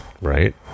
right